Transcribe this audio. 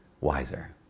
wiser